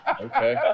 Okay